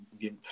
get